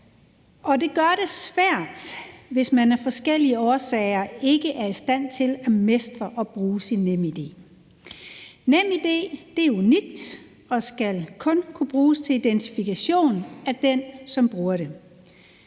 det gør det svært, hvis man af forskellige årsager ikke er i stand til at mestre at bruge sit NemID. NemID er unikt og skal kun kunne bruges til identifikation af den, som bruger det,